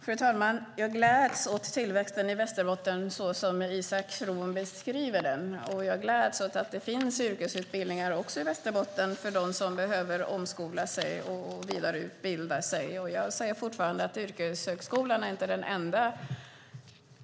Fru talman! Jag gläds åt tillväxten i Västerbotten såsom Isak From beskriver den. Jag gläds åt att det finns yrkesutbildningar också i Västerbotten för dem som behöver omskola sig och vidareutbilda sig. Jag säger fortfarande att yrkeshögskolan inte är den enda